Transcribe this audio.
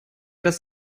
das